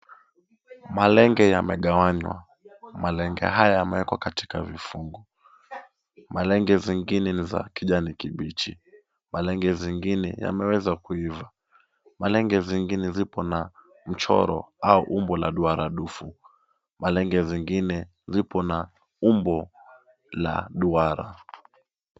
Malenge yamegawanywa. Malenge haya yamewekwa katika vifungo. Malenge zingine ni za kijani kibichi. Malenge zingine yameweza kuiva. Malenge zingine zipo na mchoro au umbo la duara dufu. Malenge zingine ziko na umbo la duara.